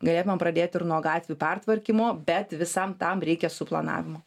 galėtumėm pradėt ir nuo gatvių pertvarkymo bet visam tam reikia suplanavimo